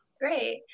Great